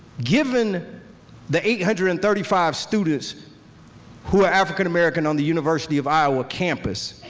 given the eight hundred and thirty five students who are african american on the university of iowa campus,